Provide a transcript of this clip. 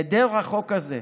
החוק הזה,